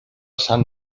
sant